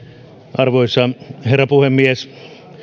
arvoisa herra puhemies